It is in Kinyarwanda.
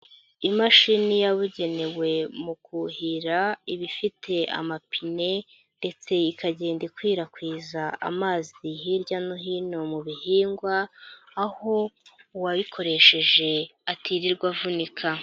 Imashini yabugenewe mu kuhira ibifite amapine ndetse ikagenda ikwirakwiza amazi hirya no hino mu bihingwa aho uwayikoresheje atirirwa avunika.